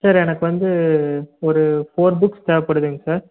sir எனக்கு வந்து ஒரு ஃபோர் புக்ஸ் தேவைப்படுதுங்க சார்